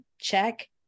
check